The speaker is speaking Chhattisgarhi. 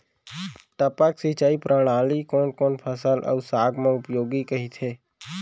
टपक सिंचाई प्रणाली ह कोन कोन फसल अऊ साग म उपयोगी कहिथे?